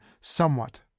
somewhat